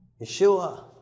Yeshua